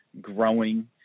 growing